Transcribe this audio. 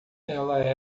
ela